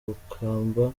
rukamba